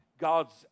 God's